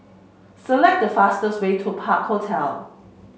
select the fastest way to Park Hotel